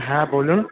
হ্যাঁ বলুন